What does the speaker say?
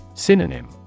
Synonym